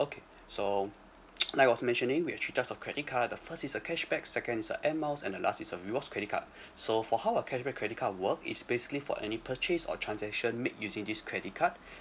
okay so like I was mentioning we have three types of credit card uh the first is a cashback second is a air miles and the last is a rewards credit card so for how a cashback credit card work it's basically for any purchase or transactions made using these credit card